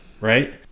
right